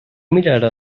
mirara